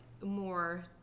more